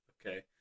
Okay